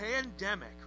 pandemic